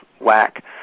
whack